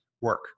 work